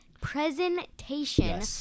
presentation